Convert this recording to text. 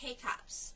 K-Cups